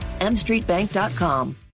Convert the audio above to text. Mstreetbank.com